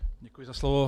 Děkuji za slovo.